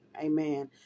Amen